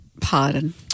Pardon